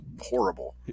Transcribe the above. horrible